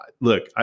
look